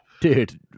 Dude